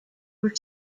were